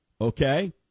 Okay